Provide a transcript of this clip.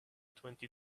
twenty